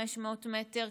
500 מטר,